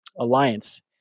Alliance